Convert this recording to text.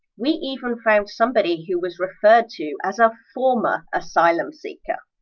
we even found somebody who was referred to as a! former asylum seeker.